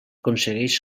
aconsegueix